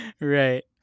Right